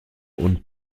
und